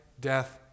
death